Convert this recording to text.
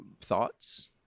Thoughts